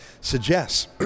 suggests